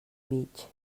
mig